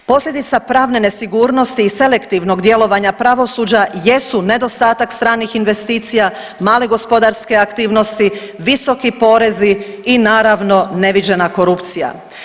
Posljedica pravna nesigurnosti i selektivnog djelovanja pravosuđa jesu nedostatak stranih investicija, male gospodarske aktivnosti, visoki porezi i naravno neviđena korupcija.